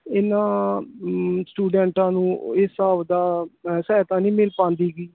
ਇਹਨਾਂ ਸਟੂਡੈਂਟਾਂ ਨੂੰ ਇਸ ਹਿਸਾਬ ਦਾ ਅ ਸਹਾਇਤਾ ਨਹੀਂ ਮਿਲ ਪਾਉਂਦੀ ਗੀ